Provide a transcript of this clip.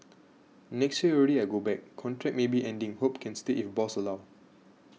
next year already I go back contract maybe ending hope can stay if boss allow